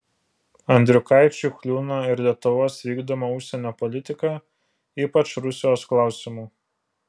andriukaičiui kliūna ir lietuvos vykdoma užsienio politika ypač rusijos klausimu